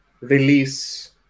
release